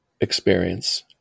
experience